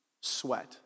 sweat